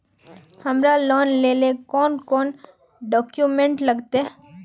हमरा लोन लेले कौन कौन डॉक्यूमेंट लगते?